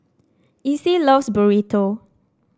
Icey loves Burrito